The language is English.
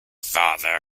father